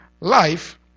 life